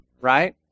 Right